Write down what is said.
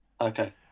Okay